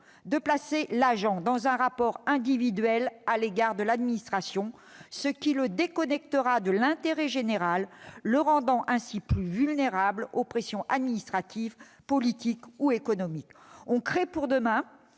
de placer l'agent dans un rapport individuel à l'égard de l'administration, ce qui le déconnectera de l'intérêt général et le rendra ainsi plus vulnérable aux pressions administratives, politiques ou économiques. On crée pour demain